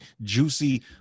juicy